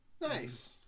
Nice